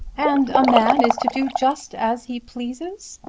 and a man is to do just as he pleases?